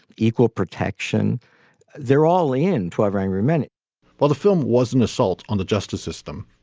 equal protection there all in to a very rare minute while the film was an assault on the justice system,